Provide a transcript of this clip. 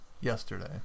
yesterday